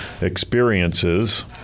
experiences